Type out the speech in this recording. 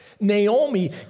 Naomi